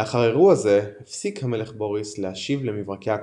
לאחר אירוע זה הפסיק המלך בוריס להשיב למברקי הקונסיסטוריה.